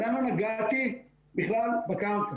עדיין לא נגעתי בכלל בקרקע.